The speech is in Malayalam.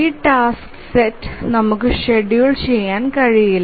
ഈ ടാസ്ക്സ് സെറ്റ് നമുക്ക് ഷെഡ്യൂൾ ചെയ്യാൻ കഴിയില്ല